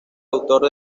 autor